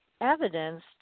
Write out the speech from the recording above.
evidence